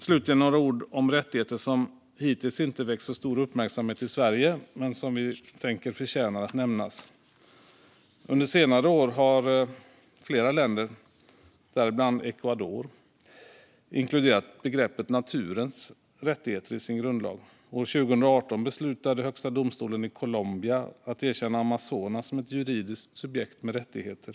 Slutligen några ord om rättigheter som hittills inte väckt så stor uppmärksamhet i Sverige men som vi tänker förtjänar att nämnas. Under senare år har flera länder, däribland Ecuador, inkluderat begreppet naturens rättigheter i sin grundlag. År 2018 beslutade högsta domstolen i Colombia att erkänna Amazonas som ett juridiskt subjekt med rättigheter.